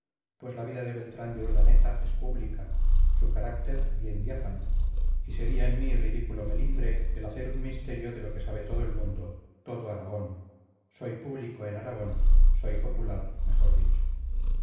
pues la vida de beltrán de urdaneta es pública su carácter bien diáfano y sería en mí ridículo melindre el hacer un misterio de lo que sabe todo el mundo todo aragón soy público en aragón soy popular mejor dicho